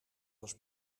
was